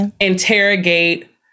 interrogate